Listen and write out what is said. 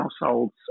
households